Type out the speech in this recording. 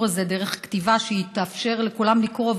הזה דרך כתיבה שתאפשר לכולם לקרוא,